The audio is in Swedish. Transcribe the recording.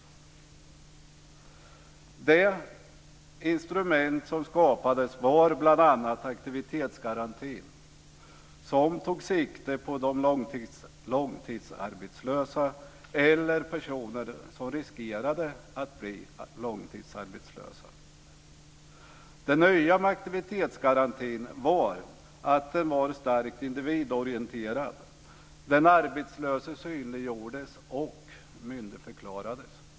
Bland de instrument som skapades fanns bl.a. aktivitetsgarantin, som tog sikte på de långtidsarbetslösa eller på personer som riskerade att bli långtidsarbetslösa. Det nya med aktivitetsgarantin var att den var starkt individorienterad. Den arbetslöse synliggjordes och myndigförklarades.